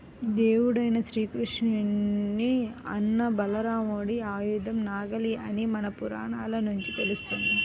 దేవుడైన శ్రీకృష్ణుని అన్న బలరాముడి ఆయుధం నాగలి అని మన పురాణాల నుంచి తెలుస్తంది